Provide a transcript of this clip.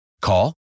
Call